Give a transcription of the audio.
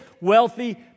wealthy